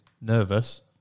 nervous